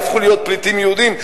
יהפכו להיות פליטים יהודים,